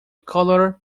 color